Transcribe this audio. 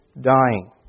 dying